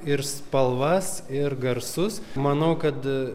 ir spalvas ir garsus manau kad